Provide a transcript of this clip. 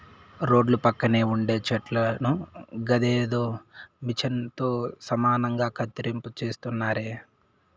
రోడ్ల పక్కన ఉండే చెట్లను గదేదో మిచన్ తో సమానంగా కత్తిరింపు చేస్తున్నారే